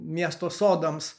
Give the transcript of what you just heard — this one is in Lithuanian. miesto sodams